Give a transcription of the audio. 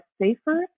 safer